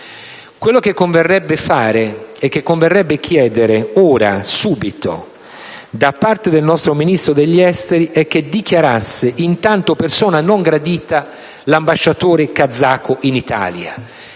Quello che converrebbe fare è che ora, subito, da parte del nostro Ministro degli affari esteri si dichiarasse intanto persona non gradita l'ambasciatore kazako in Italia.